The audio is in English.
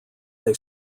they